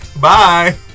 Bye